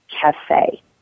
Cafe